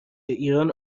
ایران